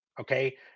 Okay